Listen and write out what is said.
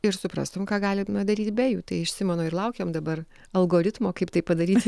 ir suprastum ką galima daryt be jų tai iš simono ir laukiam dabar algoritmo kaip tai padaryt